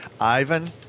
Ivan